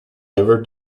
ever